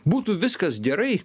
būtų viskas gerai